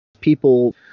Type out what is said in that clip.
People